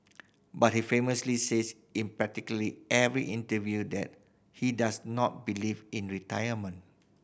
but he famously says in practically every interview that he does not believe in retirement